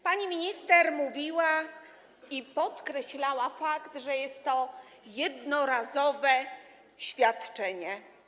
Pani minister mówiła i podkreślała to, że jest to jednorazowe świadczenie.